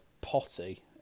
potty